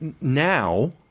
now